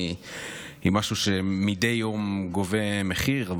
היא משהו שמדי יום גובה מחיר.